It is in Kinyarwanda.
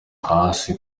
hasi